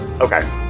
Okay